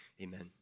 amen